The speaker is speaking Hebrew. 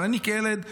אני כילד הייתי,